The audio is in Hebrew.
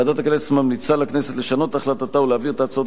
ועדת הכנסת ממליצה לכנסת לשנות את החלטתה ולהעביר את ההצעות